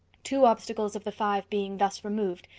two obstacles of the five being thus removed,